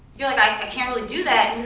you're like, i can't really do that.